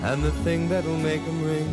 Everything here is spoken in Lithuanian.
m pingverumeigumai